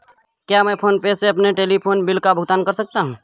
क्या मैं PhonePe से अपने टेलीफोन बिल का भुगतान कर सकता हूँ?